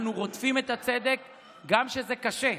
אנחנו רודפים את הצדק גם כשזה קשה,